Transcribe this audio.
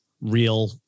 real